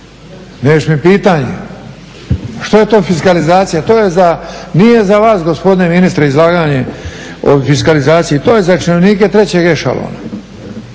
Neš mi pitanje, što je to fiskalizacija? To je za, nije za vas gospodine ministre izlaganje o fiskalizaciji, to je za činovnike trećeg ešalona.